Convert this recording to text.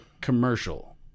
commercial